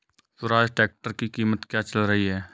Swaraj tractor की कीमत क्या चल रही है?